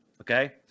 Okay